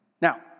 Now